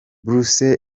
brussels